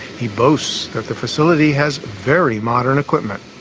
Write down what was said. he boasts that the facility has very modern equipment.